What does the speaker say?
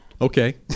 Okay